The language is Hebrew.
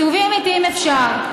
סיבובים אמיתיים אפשר.